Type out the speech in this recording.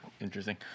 interesting